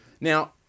Now